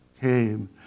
came